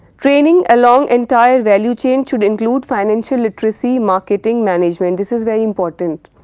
training along entire value chain should include financial literacy marketing management, this is very important.